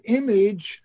image